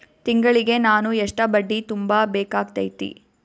ತಿಂಗಳಿಗೆ ನಾನು ಎಷ್ಟ ಬಡ್ಡಿ ತುಂಬಾ ಬೇಕಾಗತೈತಿ?